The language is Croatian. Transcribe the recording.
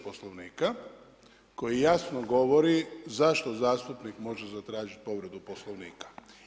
Poslovnika koji jasno govori zašto zastupnik može zatražiti povredu Poslovnika.